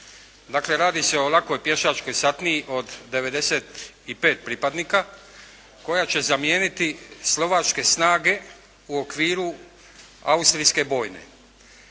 Dakle, radi se o lakoj pješačkoj satniji od 95 pripadnika koja će zamijeniti slovačke snage u okviru austrijske bojne.